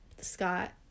scott